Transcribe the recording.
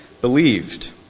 believed